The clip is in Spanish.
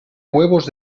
huevos